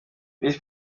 visi